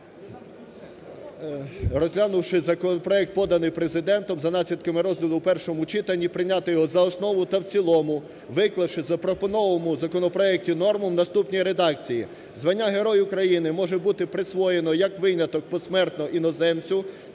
розглянувши законопроект, поданий Президентом, за наслідками розгляду у першому читанні прийняти його за основу та в цілому, виклавши у запропонованому законопроекті норму в наступній редакції. Звання Герой України може бути присвоєно як виняток посмертно іноземцю